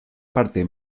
parte